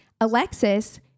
Alexis